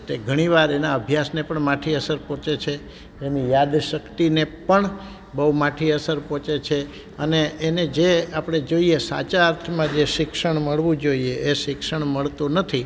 તે ઘણી વાર એના અભ્યાસને પણ માઠી અસર પહોંચે છે એની યાદશક્તિને પણ બહુ માઠી અસર પહોંચે છે અને એને જે આપણે જોઈએ સાચા અર્થમાં જે શિક્ષણ મળવું જોઈએ એ શિક્ષણ મળતું નથી